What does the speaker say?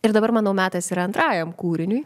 ir dabar manau metas yra antrajam kūriniui